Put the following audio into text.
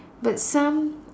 but some